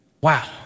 Wow